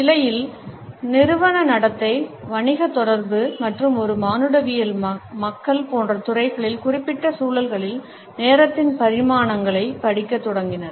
நிலையில் நிறுவன நடத்தை வணிக தொடர்பு மற்றும் ஒரு மானுடவியல் மக்கள் போன்ற துறைகளில் குறிப்பிட்ட சூழல்களில் நேரத்தின் பரிமாணங்களைப் படிக்கத் தொடங்கினர்